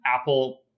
Apple